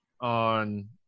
on